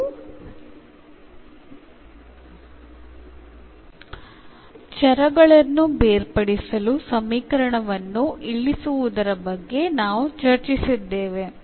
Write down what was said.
ಮತ್ತು ಚರಗಳನ್ನು ಬೇರ್ಪಡಿಸಲು ಸಮೀಕರಣವನ್ನು ಇಳಿಸುವುದರ ಬಗ್ಗೆ ನಾವು ಚರ್ಚಿಸಿದ್ದೇವೆ